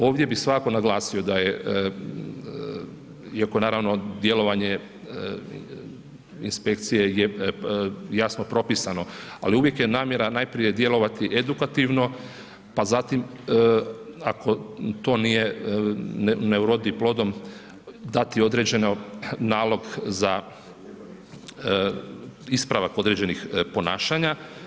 Ovdje bih svakako naglasio da je, iako naravno djelovanje inspekcije je jasno propisano ali uvijek je namjera najprije djelovati edukativno pa zatim ako to nije, ne urodi plodom dati određeni nalog za ispravak određenih ponašanja.